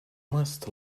must